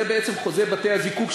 זה בעצם חוזה בתי-הזיקוק,